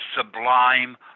sublime